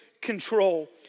control